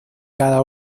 cada